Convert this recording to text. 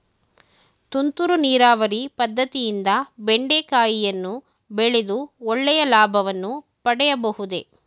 ತುಂತುರು ನೀರಾವರಿ ಪದ್ದತಿಯಿಂದ ಬೆಂಡೆಕಾಯಿಯನ್ನು ಬೆಳೆದು ಒಳ್ಳೆಯ ಲಾಭವನ್ನು ಪಡೆಯಬಹುದೇ?